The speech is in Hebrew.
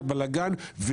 בכלל בלגן.